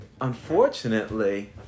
unfortunately